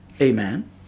Amen